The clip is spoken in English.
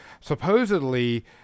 supposedly